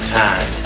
time